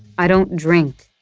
i don't drink,